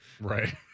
Right